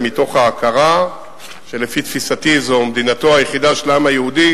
ומתוך ההכרה שלפי תפיסתי זו מדינתו היחידה של העם היהודי,